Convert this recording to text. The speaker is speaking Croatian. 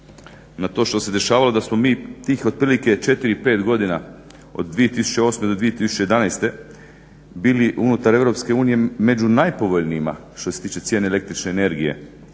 na to što se dešavalo da smo mi tih otprilike 4 i 5 godina od 2008. do 2011. bili unutar Europske unije među najpovoljnijima što se tiče cijene električne energije,